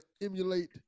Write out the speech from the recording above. emulate